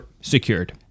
Secured